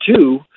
two